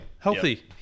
Healthy